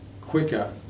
quicker